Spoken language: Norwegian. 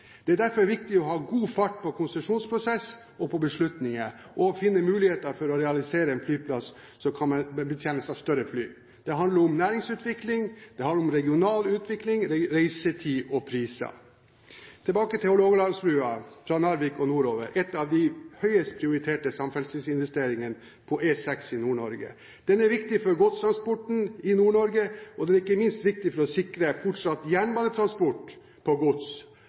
Det er derfor viktig å ha god fart på konsesjonsprosess og på beslutninger og finne muligheter for å realisere en flyplass som kan betjenes av større fly. Det handler om næringsutvikling, det handler om regional utvikling, reisetid og priser. Tilbake til Hålogalandsbrua, fra Narvik og nordover, som er et av de høyest prioriterte samferdselsinvesteringer på E6 i Nord-Norge. Den er viktig for godstransporten i Nord-Norge, og ikke minst viktig for å sikre fortsatt jernbanetransport på gods.